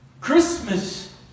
Christmas